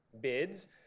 bids